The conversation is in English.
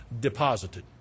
deposited